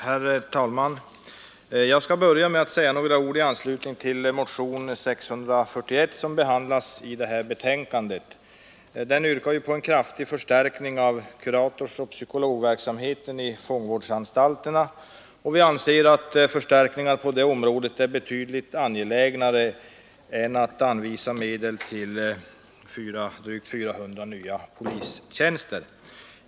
Herr talman! Jag vill börja med att säga några ord i anslutning till motionen 641 som behandlas i förevarande betänkande. I den motionen yrkas på en kraftig förstärkning av kuratorsoch psykologverksamheten i fångvårdsanstalterna. Vi anser att förstärkningar på det området är betydligt mera angelägna än att anvisa medel till drygt 400 nya polistjänster.